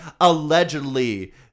allegedly